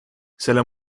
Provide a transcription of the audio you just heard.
selle